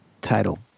title